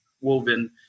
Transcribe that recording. woven